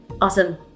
Awesome